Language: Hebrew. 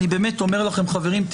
אני באמת אומר לכם חברים,